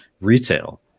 retail